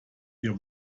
ihr